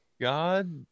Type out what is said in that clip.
God